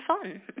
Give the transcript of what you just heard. fun